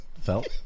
felt